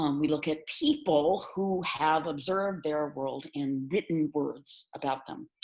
um we look at people who have observed their world in written words about them.